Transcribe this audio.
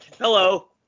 Hello